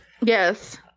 Yes